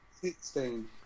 sixteen